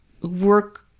work